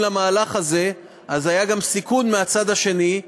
למהלך הזה אז היה גם סיכון של הצד השני,